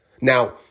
Now